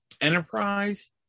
Enterprise